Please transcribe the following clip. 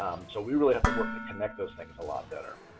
so we really have to work to connect those things a lot better.